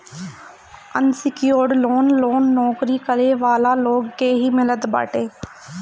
unsecured loan loan नोकरी करे वाला लोग के ही मिलत बाटे